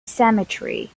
cemetery